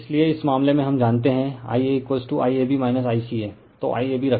refer slide time 1139 इसलिए इस मामले में हम जानते हैं IaIAB ICA